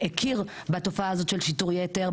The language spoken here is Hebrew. שהכיר בתופעה הזאת של שיטור יתר,